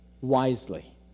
wisely